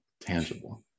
tangible